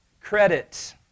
credit